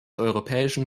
europäischen